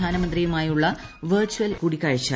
പ്രധാനമന്ത്രിയുമായുള്ള virtual കൂടിക്കാഴ്ച ഇന്ന്